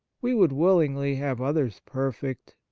we would willingly have others perfect,